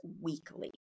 weekly